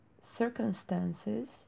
circumstances